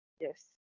yes